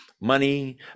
money